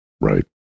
Right